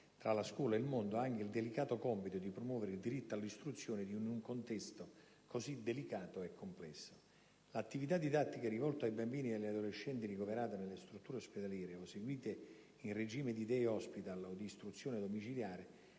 tra la scuola e il mondo, ha anche il delicato compito di promuovere il diritto all'istruzione in un contesto così delicato e complesso. L'attività didattica, rivolta ai bambini e agli adolescenti ricoverati nelle strutture ospedaliere, o seguiti in regime di *day hospital* o di istruzione domiciliare,